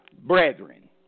brethren